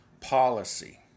policy